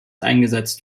eingesetzt